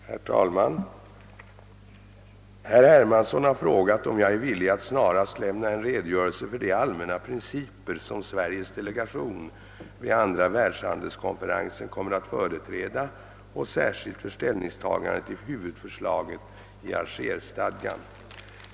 Herr talman! Herr Hermansson har frågat, om jag är villig att snarast lämna en redogörelse för de allmänna principer som Sveriges delegation vid andra världshandelskonferensen kommer att företräda och särskilt för ställningstagandet till huvudförslagen i Alger-chartan.